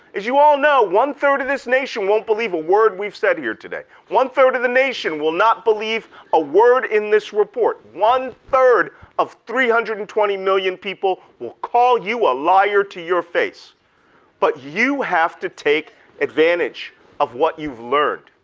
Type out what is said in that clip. as you all know, one third of this nation won't believe a word we've said here today. one third of the nation will not believe a word in this report. one third of three hundred and twenty million people will call you a liar to your face but you have to take advantage of what you've learned.